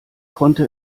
konnte